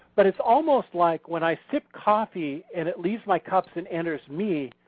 but it's almost like when i sip coffee and it leaves my cups and enters me,